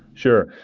sure.